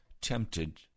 tempted